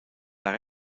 par